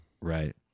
Right